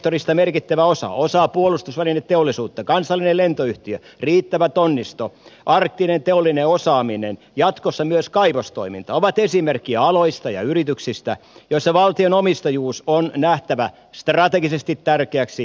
energiasektorista merkittävä osa osa puolustusvälineteollisuutta kansallinen lentoyhtiö riittävä tonnisto arktinen teollinen osaaminen jatkossa myös kaivostoiminta ovat esimerkkejä aloista ja yrityksistä joissa valtion omistajuus on nähtävä strategisesti tärkeäksi